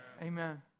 Amen